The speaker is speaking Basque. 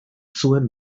zuen